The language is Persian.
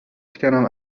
شکنم